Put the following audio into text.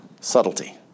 subtlety